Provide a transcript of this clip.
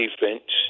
defense